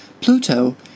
Pluto